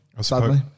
sadly